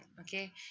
okay